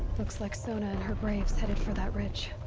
looks like sona and her braves headed for that ridge.